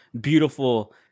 beautiful